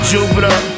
Jupiter